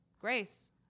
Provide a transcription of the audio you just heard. Grace